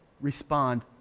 respond